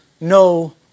no